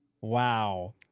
wow